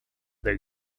they